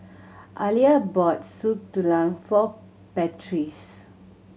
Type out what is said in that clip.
Aliya bought Soup Tulang for